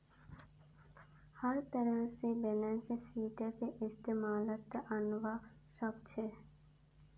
हर तरह से बैलेंस शीटक इस्तेमालत अनवा सक छी